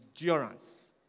endurance